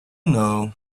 know